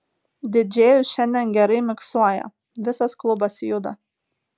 didžėjus šiandien gerai miksuoja visas klubas juda